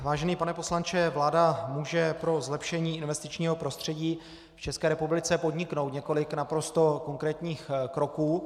Vážený pane poslanče vláda může pro zlepšení investičního prostředí v České republice podniknout několik naprosto konkrétních kroků.